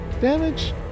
damage